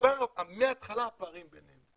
כבר מהתחלה יש פערים ביניהן.